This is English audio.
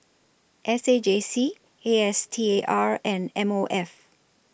S A J C A S T A R and M O F